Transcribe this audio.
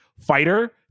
fighter